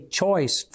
choice